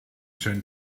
schönen